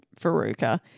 Faruka